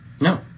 No